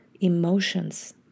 emotions